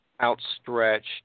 outstretched